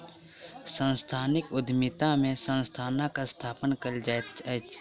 सांस्थानिक उद्यमिता में संस्थानक स्थापना कयल जाइत अछि